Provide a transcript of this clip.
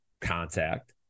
contact